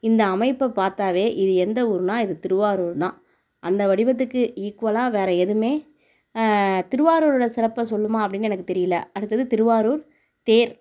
இந்த அமைப்பை பார்த்தாவே இது எந்த ஊருனால் இது திருவாரூர் தான் அந்த வடிவத்துக்கு ஈக்குவலாக வேறு எதுவுமே திருவாரூரோட சிறப்பை சொல்லுமா அப்படின்னு எனக்கு தெரியல அடுத்தது திருவாரூர் தேர்